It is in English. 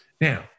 Now